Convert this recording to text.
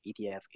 ETF